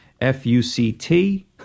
f-u-c-t